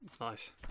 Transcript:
Nice